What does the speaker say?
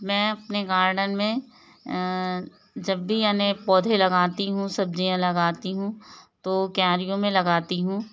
मैं अपने गार्डन में जब भी याने पौधे लगाती हूँ सब्जियाँ लगाती हूँ तो क्यारियों में लगाती हूँ